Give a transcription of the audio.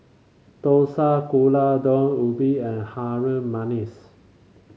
dosa Gulai Daun Ubi and Harum Manis